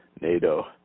NATO